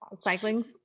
Cycling